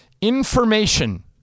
Information